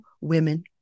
women